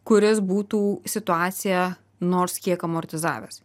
kuris būtų situaciją nors kiek amortizavęs